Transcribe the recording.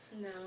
No